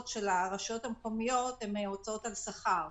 של הרשויות המקומיות הן הוצאות על שכר.